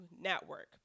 network